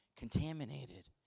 contaminated